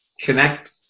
connect